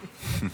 לרשותך.